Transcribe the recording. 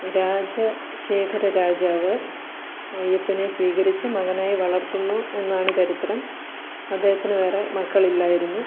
രാജശേഖര രാജാവ് അയ്യപ്പനെ സ്വീകരിച്ച് മകനായി വളർത്തുന്നു എന്നാണ് ചരിത്രം അദ്ദേഹത്തിന് വേറെ മക്കൾ ഇല്ലായിരുന്നു